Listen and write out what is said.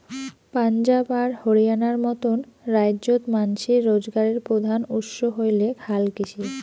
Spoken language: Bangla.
পাঞ্জাব আর হরিয়ানার মতন রাইজ্যত মানষির রোজগারের প্রধান উৎস হইলেক হালকৃষি